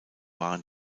waren